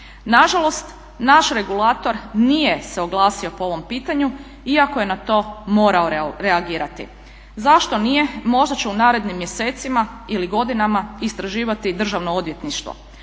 Nažalost, naš regulator nije se oglasio po ovom pitanju iako je na to morao reagirati. Zašto nije? Možda će u narednim mjesecima ili godinama istraživati Državno odvjetništvo.